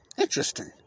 Interesting